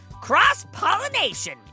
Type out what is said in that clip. cross-pollination